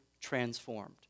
transformed